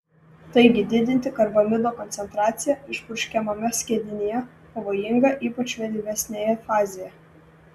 taigi didinti karbamido koncentraciją išpurškiamame skiedinyje pavojinga ypač vėlyvesnėje fazėje